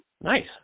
Nice